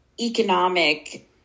economic